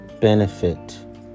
benefit